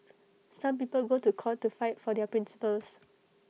some people go to court to fight for their principles